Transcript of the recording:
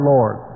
Lord